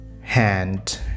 hand